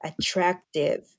attractive